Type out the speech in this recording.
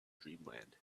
dreamland